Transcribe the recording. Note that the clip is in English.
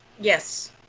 Yes